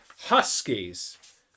Huskies